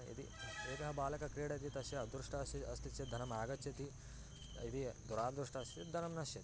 यदि एकः बालकः क्रीडति तस्य अदृष्टम् असि अस्ति चेत् धनम् आगच्छति यदि दुरादृष्म् अस्ति चेत् धनं नश्यति